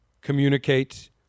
communicate